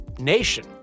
nation